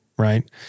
Right